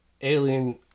Alien